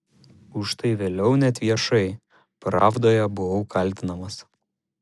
už tai vėliau net viešai pravdoje buvau kaltinamas